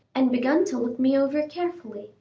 and begun to look me over carefully,